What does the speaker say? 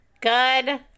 Good